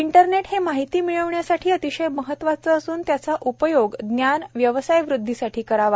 internet हे माहिती मिळविण्यासाठी अतिशय महत्त्वाचे असून त्याचा उपयोग ज्ञान व्यवसाय वृद्वीसाठी करावा